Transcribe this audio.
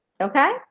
Okay